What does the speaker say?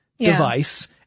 Device